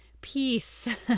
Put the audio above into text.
peace